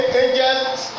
angels